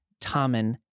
Tommen